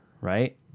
right